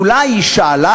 אולי היא שאלה,